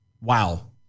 Wow